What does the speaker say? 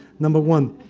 number one,